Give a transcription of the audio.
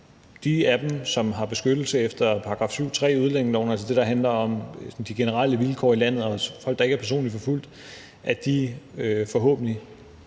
de af dem, som har beskyttelse efter § 7, stk. 3, i udlændingeloven, altså det, der handler om de generelle vilkår i landet og ikke om folk, der er personligt forfulgt, forhåbentlig,